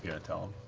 yeah to tell him?